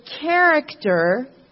character